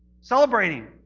Celebrating